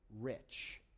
rich